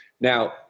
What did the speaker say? now